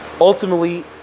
ultimately